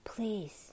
please